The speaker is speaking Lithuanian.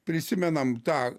prisimenam tą